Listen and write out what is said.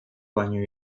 baino